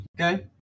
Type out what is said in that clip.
Okay